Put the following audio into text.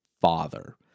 father